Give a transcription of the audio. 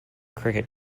cricket